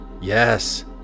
Yes